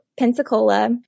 Pensacola